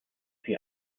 sie